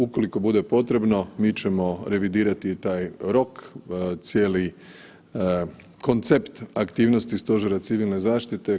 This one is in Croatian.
Ukoliko bude potrebno mi ćemo revidirati i taj rok, cijeli koncept aktivnosti stožera Civilne zaštite.